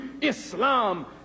Islam